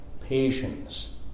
patience